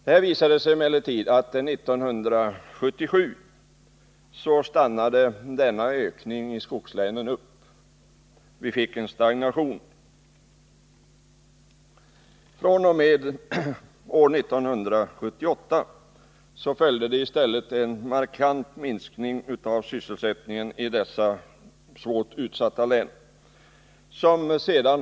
1977 stagnerade denna utveckling, och fr.o.m. 1978 har det i stället skett en markant minskning av sysselsättningen i dessa svårt utsatta län.